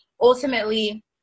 ultimately